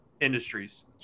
industries